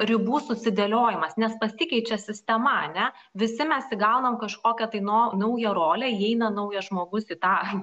ribų susidėliojamas nes pasikeičia sistema ane visi mes įgaunam kažkokią tai nuo naują rolę įeina naujas žmogus į tą